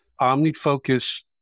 OmniFocus